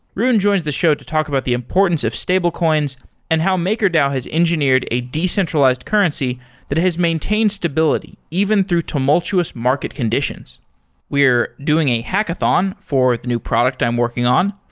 rune joins the show to talk about the importance of stablecoins and how makerdao has engineered a decentralized currency that has maintained stability, even through tumultuous market conditions we are doing a hackathon for the new product i'm working on,